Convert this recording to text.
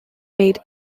made